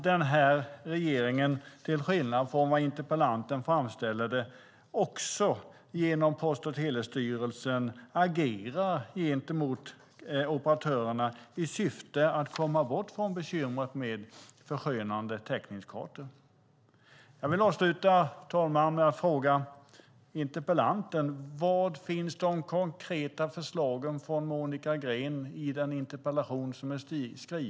Den här regeringen, till skillnad från hur interpellanten framställer det, har också genom Post och telestyrelsen agerat gentemot operatörerna i syfte att komma bort från bekymret med förskönande täckningskartor. Fru talman! Jag vill avsluta med att fråga interpellanten Monica Green var de konkreta förslagen finns i interpellationen.